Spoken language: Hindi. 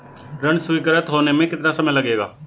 ऋण स्वीकृत होने में कितना समय लगेगा?